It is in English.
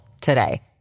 today